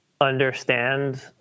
understand